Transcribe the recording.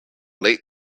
late